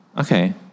Okay